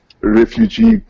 refugee